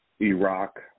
Iraq